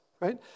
right